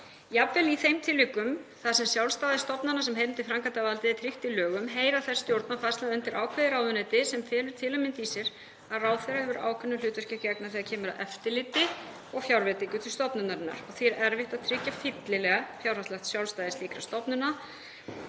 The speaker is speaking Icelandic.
Jafnvel í þeim tilvikum sem sjálfstæði stofnana sem heyra undir framkvæmdarvaldið er tryggt í lögum heyra þær stjórnarfarslega undir ákveðið ráðuneyti, sem felur til að mynda í sér að ráðherra hefur ákveðnu hlutverki að gegna þegar kemur að eftirliti og fjárveitingu til stofnunarinnar. Er því erfitt að tryggja fyllilega fjárhagslegt sjálfstæði slíkra stofnana.